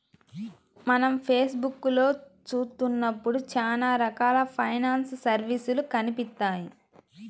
మనం ఫేస్ బుక్కులో చూత్తన్నప్పుడు చానా రకాల ఫైనాన్స్ సర్వీసులు కనిపిత్తాయి